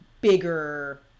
bigger